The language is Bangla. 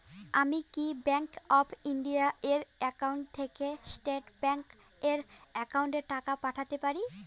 আমি কি ব্যাংক অফ ইন্ডিয়া এর একাউন্ট থেকে স্টেট ব্যাংক এর একাউন্টে টাকা পাঠাতে পারি?